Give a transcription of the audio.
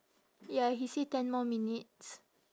ya he say ten more minutes